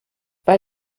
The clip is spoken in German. weil